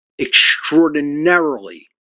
extraordinarily